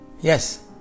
yes